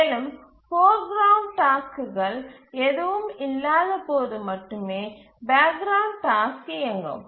மேலும் foreground டாஸ்க்குகள் எதுவும் இல்லாதபோது மட்டுமே பேக் கிரவுண்ட் டாஸ்க் இயங்கும்